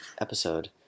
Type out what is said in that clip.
episode